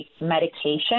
medication